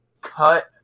cut